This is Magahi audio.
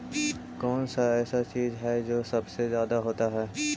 कौन सा ऐसा चीज है जो सबसे ज्यादा होता है?